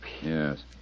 Yes